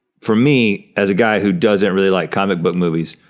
for me, as a guy who doesn't really like comic book movies,